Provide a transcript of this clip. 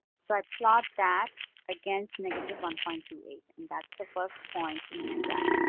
so i plot that against negative one point two eight, and that's the first point in my graph.